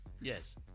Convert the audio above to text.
Yes